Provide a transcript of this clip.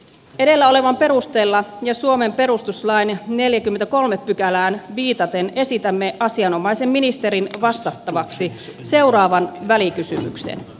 edellä olevan perusteella ja suomen perustuslain ii neljäkymmentäkolme pykälään viitaten esitämme asianomaisen ministerin vastattava elsi kataiselle välikysymyksen